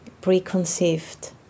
preconceived